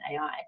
AI